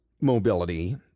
mobility